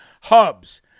hubs